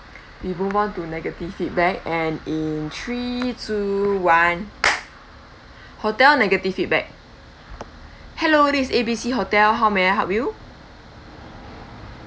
we move on to negative feedback and in three two one hotel negative feedback hello this is A B C hotel how may I help you